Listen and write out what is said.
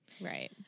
Right